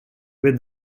where